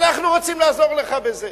אנחנו רוצים לעזור לך בזה.